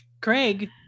craig